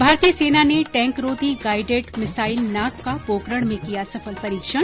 भारतीय सेना ने टैंकरोधी गाइडेड मिसाईल नाग का पोकरण में किया सफल परीक्षण